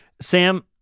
Sam